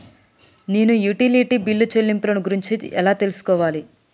నేను utility bill చెల్లింపులను గురించి ఎలా తెలుసుకోవాలి?